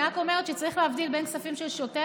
אני רק אומרת שצריך להבדיל בין כספים של שוטף